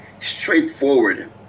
straightforward